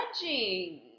judging